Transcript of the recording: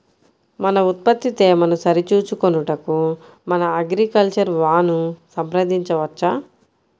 మన ఉత్పత్తి తేమను సరిచూచుకొనుటకు మన అగ్రికల్చర్ వా ను సంప్రదించవచ్చా?